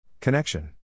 Connection